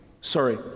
sorry